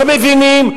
לא מבינים?